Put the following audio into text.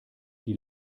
die